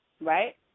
right